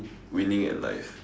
winning at life